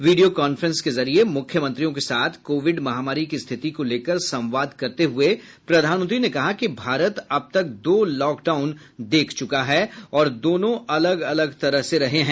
वीडियों conference के जरिये मुख्यमंत्रियों के साथ कोविड महामारी की स्थिति को लेकर संवाद करते हुए प्रधानमंत्री ने कहा कि भारत अब तक दो लॉकडाउन देख चुका है और दोनों अलग अलग तरह से रहे है